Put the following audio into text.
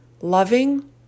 loving